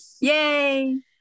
yay